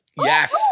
Yes